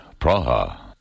Praha